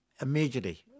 immediately